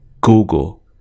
google